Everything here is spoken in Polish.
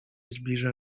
zbliża